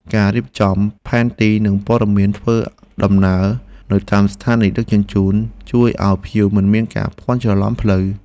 ការរៀបចំផែនទី និងព័ត៌មានធ្វើដំណើរនៅតាមស្ថានីយដឹកជញ្ជូន ជួយឱ្យភ្ញៀវមិនមានការភ័ន្តច្រឡំផ្លូវ។